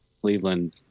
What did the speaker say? Cleveland